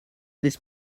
this